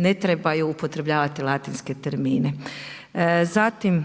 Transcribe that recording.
ne trebaju upotrebljavati latinske termine. Zatim